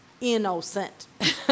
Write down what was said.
innocent